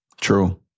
True